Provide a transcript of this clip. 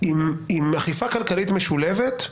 עם אכיפה כלכלית משולבת,